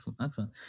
Excellent